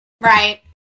right